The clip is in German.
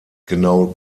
genau